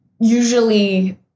usually